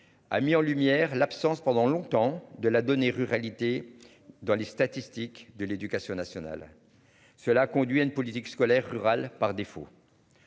A mis en lumière l'absence pendant longtemps de la donner. Ruralité dans les statistiques de l'éducation nationale. Cela conduit à une politique scolaire rural par défaut.